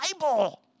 Bible